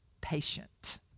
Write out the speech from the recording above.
patient